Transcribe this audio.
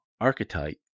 archetype